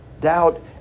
Doubt